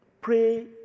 pray